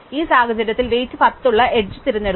ഈ സാഹചര്യത്തിൽ വെയ്റ്റ് 10 ഉള്ള എഡ്ജ് തിരഞ്ഞെടുക്കുന്നു